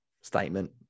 statement